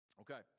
Okay